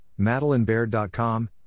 MadelineBaird.com